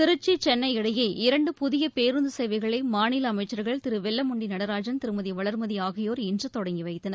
திருச்சி சென்னை இடையே இரண்டு புதியபேருந்துசேவைகளைமாநிலஅமைச்சர்கள் திருவெல்லமண்டிநடராஜன் திருமதிவளர்மதிஆகியோர் இன்றுதொடங்கிவைத்தனர்